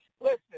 Listen